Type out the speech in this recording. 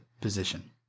position